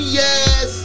yes